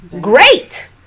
great